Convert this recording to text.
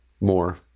more